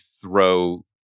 throw